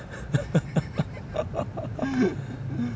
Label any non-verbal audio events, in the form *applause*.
*laughs*